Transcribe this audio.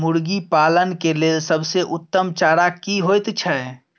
मुर्गी पालन के लेल सबसे उत्तम चारा की होयत छै?